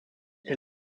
est